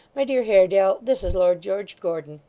my dear haredale, this is lord george gordon